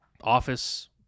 Office